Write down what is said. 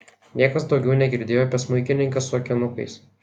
niekas daugiau negirdėjo apie smuikininkę su akinukais